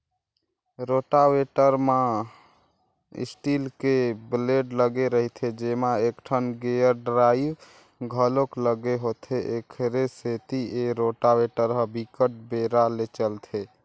rotavator म steel के blade लगे रहिथे जेमा एकठन गेयर ड्राइव घलोक लगे होथे, एखरे सेती ए रोटावेटर ह बिकट बेरा ले चलथे